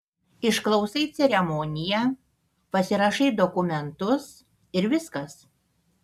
išklausai ceremoniją pasirašai dokumentus ir viskas